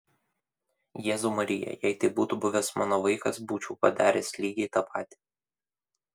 jėzau marija jei tai būtų buvęs mano vaikas būčiau padaręs lygiai tą patį